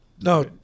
no